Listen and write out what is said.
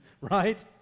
right